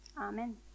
Amen